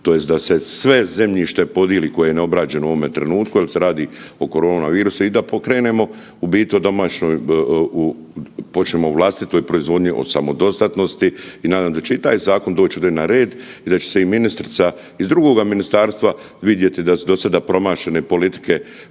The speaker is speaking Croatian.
tj. da se sve zemljište podijeli koje je neobrađeno u ovom trenutku jel se radi o korona virusu i da pokrenemo i počnemo u vlastitoj proizvodnji o samodostatnosti i nada se da će i taj zakon doći ovdje na red i da će se ministrica iz drugoga ministarstva vidjeti da su do sada promašene politike